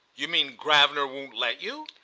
you mean gravener won't let you?